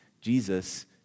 Jesus